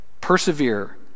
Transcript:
persevere